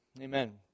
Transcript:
amen